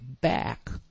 back